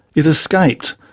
it escaped,